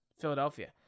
Philadelphia